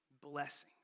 blessings